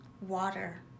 water